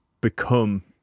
become